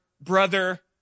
brother